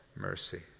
mercy